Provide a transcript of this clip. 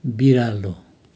बिरालो